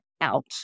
out